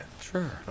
Sure